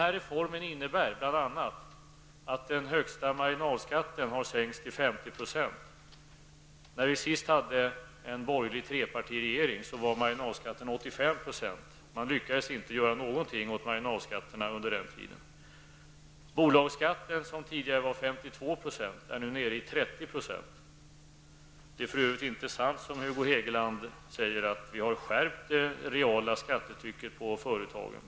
Reformen innebär bl.a. att den högsta marginalskatten har sänkts till 50 %. När vi sist hade en borgerlig trepartiregering var marginalskatten 85 %. Man lyckades inte göra något åt marginalskatterna under den tiden. Bolagsskatten, som tidigare var 52 %, är nu nere i 30 %. Det är för övrigt inte sant som Hugo Hegeland säger att det reala skattetrycket har skärpts för företagen.